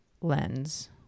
lens